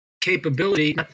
capability